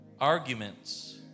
arguments